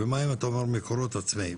ומים, אתה אומר מקורות עצמאיים.